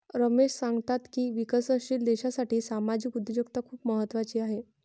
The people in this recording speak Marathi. रमेश सांगतात की विकसनशील देशासाठी सामाजिक उद्योजकता खूप महत्त्वाची आहे